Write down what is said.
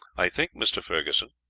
i think, mr. ferguson,